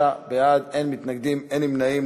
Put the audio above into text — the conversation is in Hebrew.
שישה בעד, אין מתנגדים, אין נמנעים.